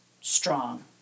strong